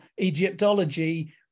Egyptology